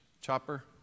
Chopper